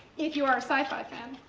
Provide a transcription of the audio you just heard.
if you are a sci-fi fan,